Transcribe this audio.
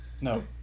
No